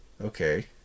Okay